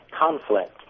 conflict